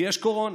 כי יש קורונה,